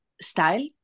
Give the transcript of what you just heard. style